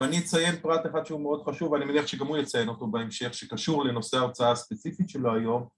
ואני אציין פרט אחד שהוא מאוד חשוב ואני מניח שגם הוא יציין אותו בהמשך שקשור לנושא ההוצאה הספציפית שלו היום